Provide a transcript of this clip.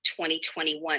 2021